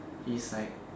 he's like